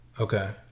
Okay